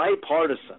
Bipartisan